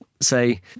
say